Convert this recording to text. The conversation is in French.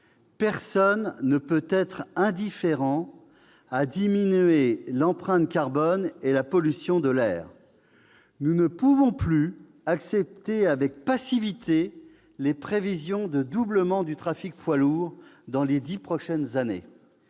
personne ne peut être indifférent à l'idée de diminuer l'empreinte carbone et la pollution de l'air. Nous ne pouvons plus accepter avec passivité les prévisions de doublement du trafic poids lourds dans les dix prochaines années.